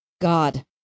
God